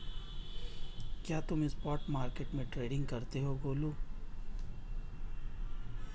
क्या तुम spot market में ट्रेडिंग करते हो गोलू?